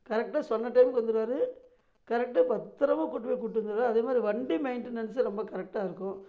கரெக்டாக சொன்ன டைமுக்கு வந்துருவார் கரெக்டாக பத்திரமா கூட்டு போய் கூட்டு வந்துருவார் அதே மாரி வண்டி மெயின்டனன்ஸ் ரொம்ப கரெக்டாக இருக்கும்